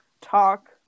talk